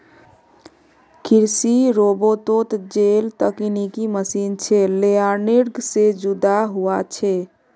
कृषि रोबोतोत जेल तकनिकी मशीन छे लेअर्निंग से जुदा हुआ छे